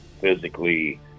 physically